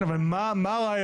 כן, אבל מה הרעיונות?